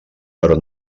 però